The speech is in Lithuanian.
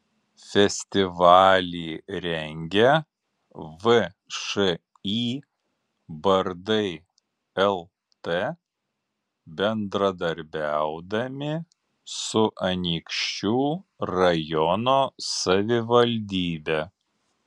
festivalį rengia všį bardai lt bendradarbiaudami su anykščių rajono savivaldybe